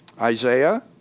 Isaiah